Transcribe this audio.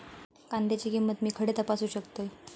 कांद्याची किंमत मी खडे तपासू शकतय?